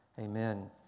Amen